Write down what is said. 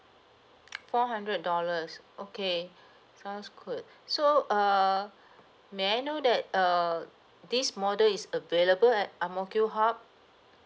four hundred dollars okay sounds good so err may I know that err this model is available at ang mo kio hub